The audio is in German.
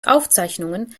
aufzeichnungen